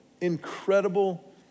incredible